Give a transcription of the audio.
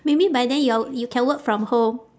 maybe by then your you can work from home